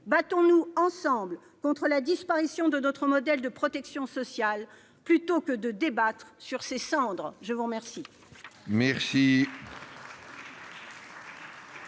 Battons-nous ensemble contre la disparition de notre modèle de protection sociale plutôt que de débattre sur ses cendres ! Personne ne